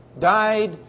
died